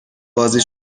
بازی